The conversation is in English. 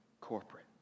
corporate